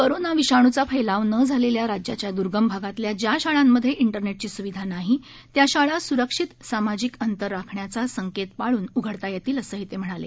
corona विषाणूचा फैलाव न झालेल्या राज्याच्या दुर्गम भागातल्या ज्या शाळांमध्ये इंटरनेटची सुविधा नाही त्या शाळा सुरक्षित सामाजिक अंतर राखण्याचा संकेत पळून उघडता येतील असंही ते म्हणाले